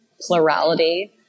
plurality